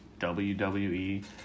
WWE